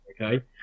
Okay